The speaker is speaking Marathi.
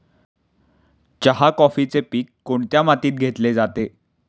चहा, कॉफीचे पीक कोणत्या मातीत घेतले जाते?